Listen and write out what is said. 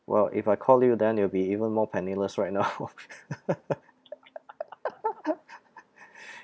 well if I call you then you will be even more penniless right now